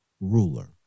ruler